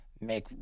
make